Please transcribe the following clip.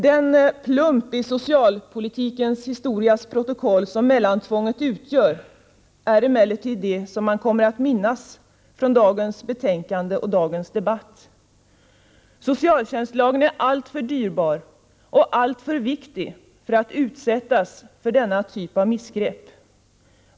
Den plump i socialpolitikens historias protokoll som mellantvånget utgör är emellertid det som man kommer att minnas från dagens betänkande och dagens debatt. Socialtjänstlagen är alltför dyrbar och alltför viktig för att utsättas för denna typ av missgrepp.